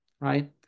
right